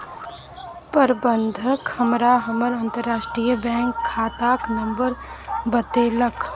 प्रबंधक हमरा हमर अंतरराष्ट्रीय बैंक खाताक नंबर बतेलक